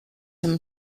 him